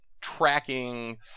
tracking